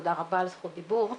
תודה רבה על זכות דיבור.